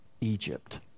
Egypt